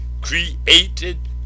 created